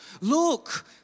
look